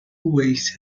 waste